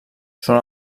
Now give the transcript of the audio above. són